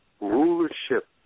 rulership